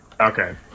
Okay